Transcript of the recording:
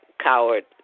Coward